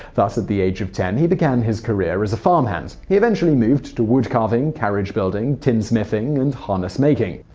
thus, at the age of ten, he began his professional career as a farmhand. he eventually moved to wood carving, carriage building, tinsmithing, and harness making.